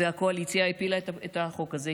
והקואליציה הפילה את החוק הזה,